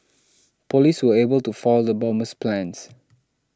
police were able to foil the bomber's plans